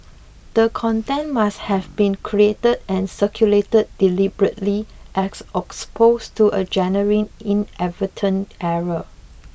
the content must have been created and circulated deliberately as to a genuine inadvertent error